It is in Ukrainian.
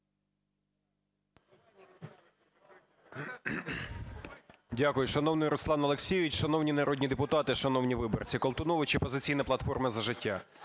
Дякую. Шановний Руслан Олексійович, шановні народні депутати, шановні виборці! Колтунович, "Опозиційна платформа - За життя".